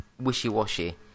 wishy-washy